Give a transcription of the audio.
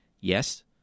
Yes